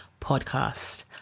podcast